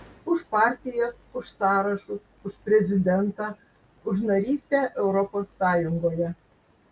už partijas už sąrašus už prezidentą už narystę europos sąjungoje